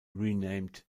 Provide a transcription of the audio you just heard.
renamed